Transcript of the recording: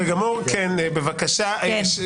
מי בעד הרוויזיה?